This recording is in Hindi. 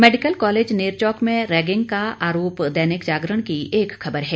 मेडिकल कॉलेज नेरचौक में रैगिंग का आरोप दैनिक जागरण की एक खबर है